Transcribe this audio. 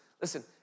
listen